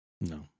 No